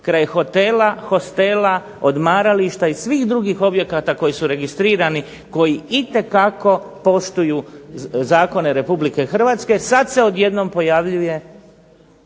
kraj hotela, hostela, odmarališta i svih drugih objekata koji su registrirani, koji itekako poštuju zakone RH sad se odjednom pojavljuje